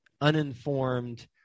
uninformed